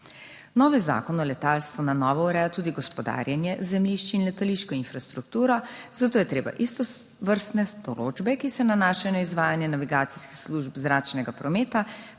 Novi zakon o letalstvu na novo ureja tudi gospodarjenje z zemljišči in letališko infrastrukturo, zato je treba istovrstne določbe, ki se nanašajo na izvajanje navigacijskih služb zračnega prometa,